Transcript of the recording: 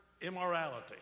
immorality